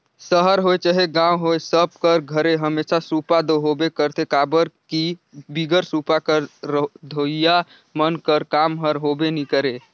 सहर होए चहे गाँव होए सब कर घरे हमेसा सूपा दो होबे करथे काबर कि बिगर सूपा कर रधोइया मन कर काम हर होबे नी करे